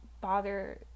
bother